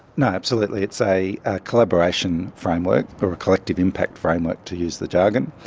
no, absolutely, it's a collaboration framework or a collective impact framework, to use the jargon,